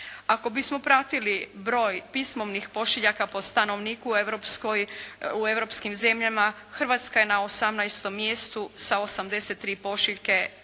Ako bismo pratili broj pismovnih pošiljaka po stanovniku u europskim zemljama, Hrvatska je na 18. mjestu sa 83 pošiljke